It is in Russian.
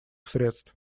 средств